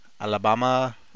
Alabama